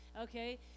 Okay